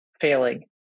failing